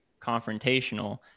confrontational